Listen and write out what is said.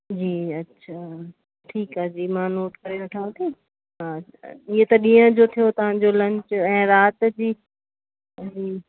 जी अच्छा ठीकु आहे जी मां नोट करे वठांव थी हा इहो त ॾींहं जो थियो तव्हांजो लंच ऐं राति जी जी